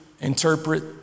interpret